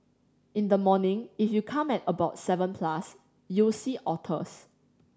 in the morning if you come at about seven plus you'll see otters